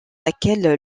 laquelle